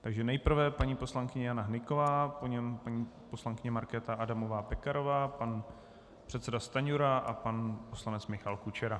Takže nejprve paní poslankyně Jana Hnyková, po ní paní poslankyně Markéta Adamová Pekarová, pan předseda Stanjura a pan poslanec Michal Kučera.